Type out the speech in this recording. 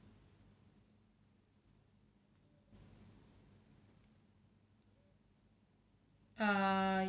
err